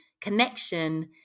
connection